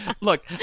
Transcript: look